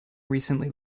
recently